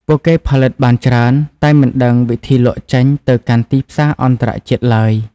ពួកគេផលិតបានច្រើន តែមិនដឹងវិធីលក់ចេញទៅកាន់ទីផ្សារអន្តរជាតិឡើយ។